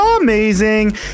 amazing